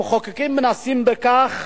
המחוקקים מנסים בכך